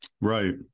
Right